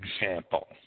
example